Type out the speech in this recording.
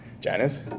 Janice